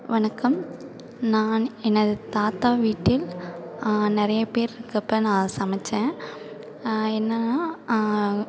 வணக்கம் நான் எனது தாத்தா வீட்டில் நிறைய பேர் இருக்கறப்ப நான் சமைச்சேன் என்னென்னன்னா